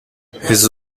his